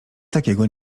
takiego